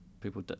people